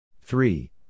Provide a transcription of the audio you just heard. Three